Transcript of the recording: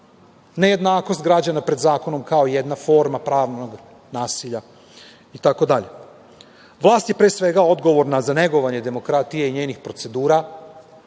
nejednakost građana pred zakonom kao jedna forma pravnog nasilja itd. Vlast je, pre svega, odgovorna za negovanje demokratije i njenih procedura,